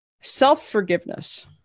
self-forgiveness